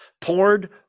Poured